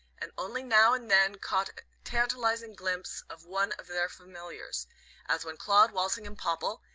and only now and then caught a tantalizing glimpse of one of their familiars as when claud walsingham popple,